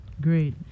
Great